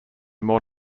more